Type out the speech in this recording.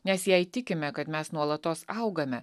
nes jei tikime kad mes nuolatos augame